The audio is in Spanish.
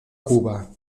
cuba